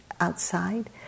outside